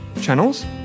channels